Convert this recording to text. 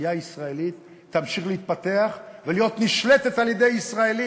שהתעשייה הישראלית תמשיך להתפתח ולהיות נשלטת על-ידי ישראלים.